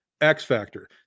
x-factor